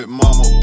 mama